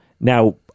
Now